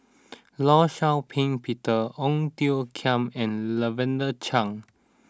Law Shau Ping Peter Ong Tiong Khiam and Lavender Chang